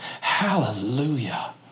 Hallelujah